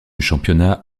championnat